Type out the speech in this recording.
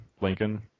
Lincoln